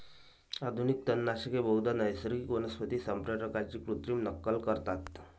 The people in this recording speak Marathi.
आधुनिक तणनाशके बहुधा नैसर्गिक वनस्पती संप्रेरकांची कृत्रिम नक्कल करतात